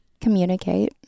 Communicate